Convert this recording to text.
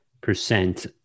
percent